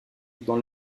dans